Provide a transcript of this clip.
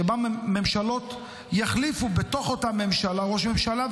שבה ממשלות יחליפו בתוך אותה ממשלה ראש ממשלה,